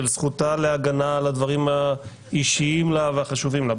של זכותה להגנה על הדברים האישיים לה והחשובים לה,